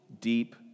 deep